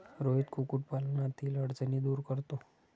रोहित कुक्कुटपालनातील अडचणी दूर करतो